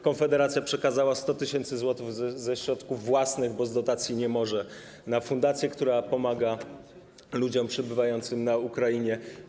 Konfederacja przekazała 100 tys. zł ze środków własnych, bo z dotacji nie może, na fundację, która pomaga ludziom przebywającym na Ukrainie.